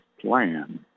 plan